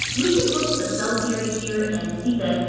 we can look at the cell theory here and see that,